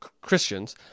christians